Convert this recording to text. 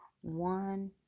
One